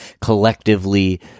collectively